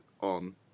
on